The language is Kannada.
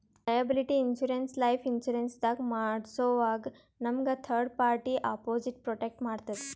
ಲಯಾಬಿಲಿಟಿ ಇನ್ಶೂರೆನ್ಸ್ ಲೈಫ್ ಇನ್ಶೂರೆನ್ಸ್ ದಾಗ್ ಮಾಡ್ಸೋವಾಗ್ ನಮ್ಗ್ ಥರ್ಡ್ ಪಾರ್ಟಿ ಅಪೊಸಿಟ್ ಪ್ರೊಟೆಕ್ಟ್ ಮಾಡ್ತದ್